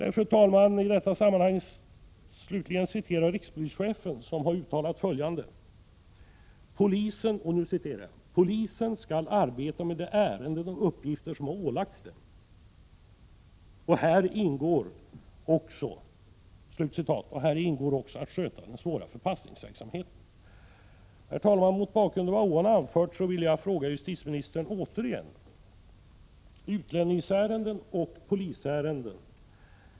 Slutligen vill jag i detta sammanhang citera rikspolischefen, som har uttalat följande: ”Polisen skall arbeta med de ärenden och uppgifter som har ålagts den.” Häri ingår också att sköta den svåra förpassningsverksamheten. Herr talman! Mot bakgrund av vad jag här har anfört vill jag återigen ställa en fråga till justitieministern vad gäller utlänningsärenden och polisärenden.